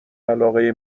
علاقه